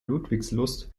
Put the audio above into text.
ludwigslust